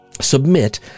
Submit